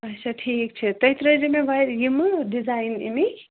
اَچھا ٹھیٖک چھُ تُہۍ ترٛٲوِزیٚو مےٚ ورِ یِمہٕ ڈِزایِن اَمِکۍ